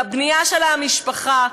לבנייה של המשפחה,